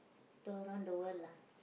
turn around the world lah